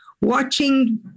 watching